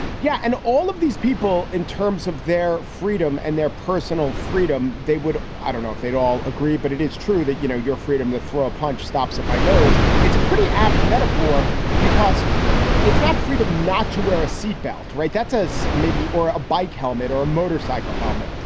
yeah. and all of these people, in terms of their freedom and their personal freedom, they would i don't know if they'd all agree. but it is true that, you know, your freedom to throw a punch stops at my nose. it's a pretty apt metaphor because it's not freedom not to wear a seat belt. right. that's us, maybe. or a bike helmet or a motorcycle helmet.